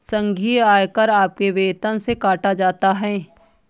संघीय आयकर आपके वेतन से काटा जाता हैं